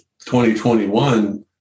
2021